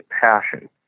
passion